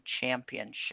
Championship